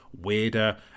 weirder